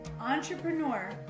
entrepreneur